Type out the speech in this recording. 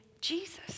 Jesus